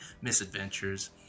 misadventures